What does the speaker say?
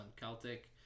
Celtic